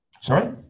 Sorry